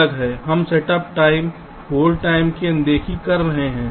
हम setup time hold time की अनदेखी कर रहे हैं